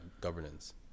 governance